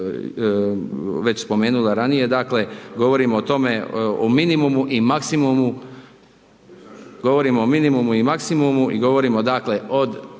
već spomenula ranije, dakle, govorimo o tome, o minimumu i maksimumu, govorimo o minimumu i maksimumu i govorimo, dakle, od